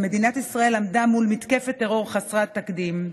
ומדינת ישראל עמדה מול מתקפת טרור חסרת תקדים.